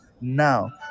now